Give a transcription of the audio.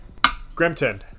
Grimton